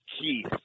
Keith